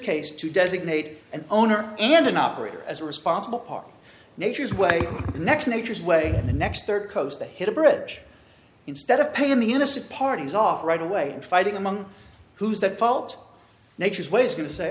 case to designate an owner and an operator as a responsible party nature's way next nature's way the next third coast they hit a bridge instead of paying the innocent parties off right away fighting among whose that fall to nature's ways going to say